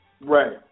Right